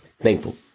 Thankful